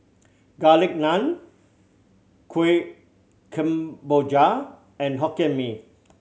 Garlic Naan Kuih Kemboja and Hokkien Mee